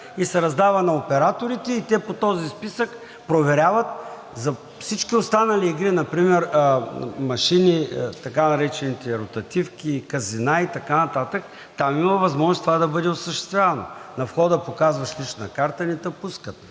раздава се на операторите и те по този списък проверяват. За всички останали – и Вие например – машини, така наречените ротативки, казина и така нататък, там има възможност да бъде осъществявано, на входа показваш лична карта и не те пускат,